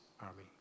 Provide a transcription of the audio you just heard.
army